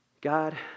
God